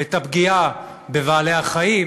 את הפגיעה בבעלי-חיים,